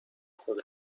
خود